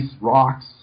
rocks